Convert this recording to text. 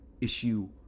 issue